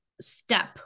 step